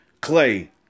Clay